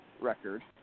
record